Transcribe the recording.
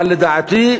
אבל לדעתי,